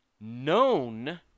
known